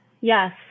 yes